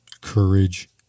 courage